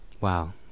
wow